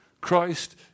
Christ